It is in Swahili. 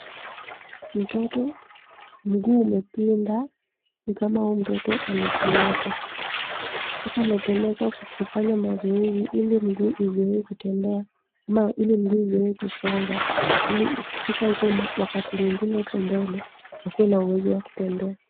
Mtoto, mguu umepinda ni kama huyu mtoto ni kiwete. Sasa amepelekwa kufanya mazoezi ili miguu izoe kutembea ama ili mguu izoe kusonga ili ikifika wakati mwingine huko mbele, akuwe na uwezo wa kutembea.